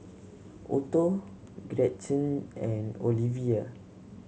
Otto Gretchen and Olevia